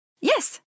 Yes